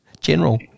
general